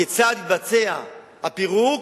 כיצד לבצע את הפירוק,